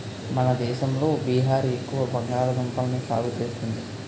మన దేశంలో బీహార్ ఎక్కువ బంగాళదుంపల్ని సాగు చేస్తుంది